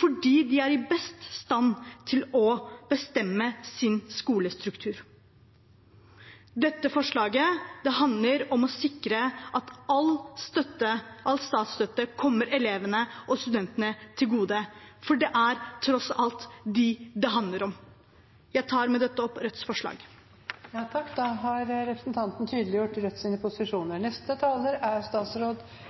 fordi de er best i stand til å bestemme sin skolestruktur. Dette forslaget handler om å sikre at all statsstøtte kommer elevene og studentene til gode. Det er tross alt dem det handler om. Jeg tar med dette opp Rødts forslag. Da har representanten Seher Aydar tatt opp det forslaget hun refererte til. Regjeringens viktigste jobb er